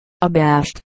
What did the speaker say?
abashed